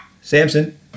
Samson